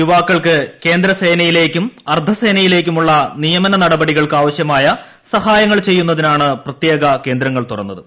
യുവാക്കൾക്ക് കേന്ദ്ര സേനയി ലേക്കും അർദ്ധസേനയിലേക്കുമു്ള നീയമന നടപടികൾക്ക് ആവശ്യ മായി സഹായങ്ങൾ ചെയ്യുസ്ത്രിനായാണ് പ്രത്യേക കേന്ദ്രങ്ങൾ തുറന്നത്